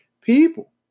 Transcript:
people